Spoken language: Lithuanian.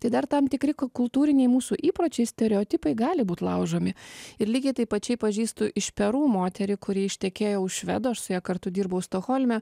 tai dar tam tikri kul kultūriniai mūsų įpročiai stereotipai gali būt laužomi ir lygiai taip pačiai pažįstu iš peru moterį kuri ištekėjo už švedo aš su ja kartu dirbau stokholme